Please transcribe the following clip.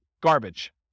garbage